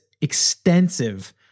extensive